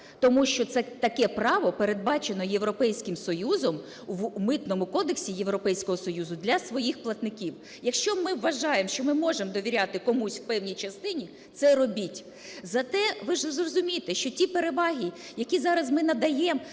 Тому що таке право передбачено Європейським Союзом, в Митному кодексі Європейського Союзу для своїх платників. Якщо ми вважаємо, що ми можемо довіряти комусь в певній частині – це робіть. Зате, ви ж зрозумійте, що ті переваги, які зараз ми надаємо,